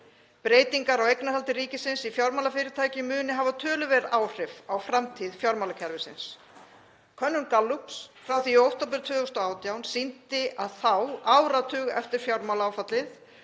Breytingar á eignarhaldi ríkisins í fjármálafyrirtækjum muni hafa töluverð áhrif á framtíð fjármálakerfisins. Könnun Gallups frá því í október 2018 sýndi að þá, áratug eftir fjármálaáfallið,